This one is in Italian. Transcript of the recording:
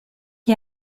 gli